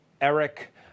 Eric